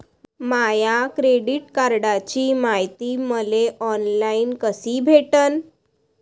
माया credit कार्डची मायती मले ऑनलाईन कसी भेटन?